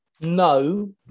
No